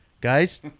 Guys